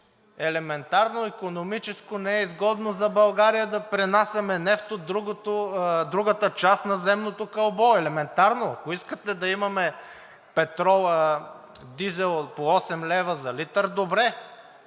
Елементарно, икономически не е изгодно за България да пренасяме нефт от другата част на земното кълбо, елементарно. Ако искате да имаме дизел по 8 лв. за литър, добре,